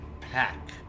pack